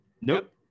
Nope